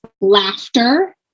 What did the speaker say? laughter